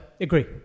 Agree